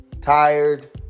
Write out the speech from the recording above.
tired